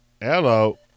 Hello